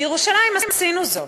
בירושלים עשינו זאת,